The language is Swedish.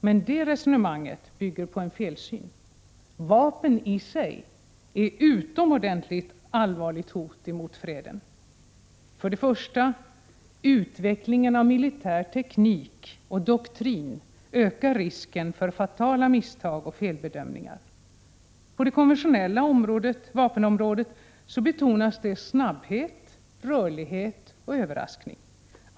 Men detta resonemang bygger på en felsyn. Vapnen är i sig ett utomordentligt allvarligt hot mot freden. För det första: Utvecklingen av militär teknik och doktrin ökar risken för fatala misstag och felbedömningar. På det konventionella vapenområdet betonas snabbhet, rörlighet och överraskning.